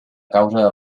causa